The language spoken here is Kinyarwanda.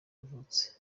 yavutse